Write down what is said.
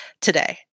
today